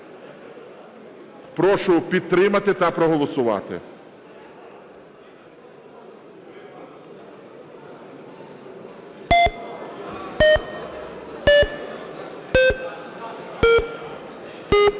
Прошу підтримати та проголосувати.